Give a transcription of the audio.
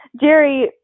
Jerry